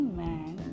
man